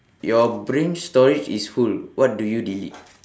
your brain storage is full what do you delete